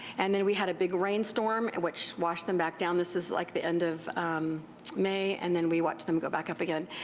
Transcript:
and then we had a big rainstorm and which washed them back down, this is like the end of may, and then we watched them go back up again.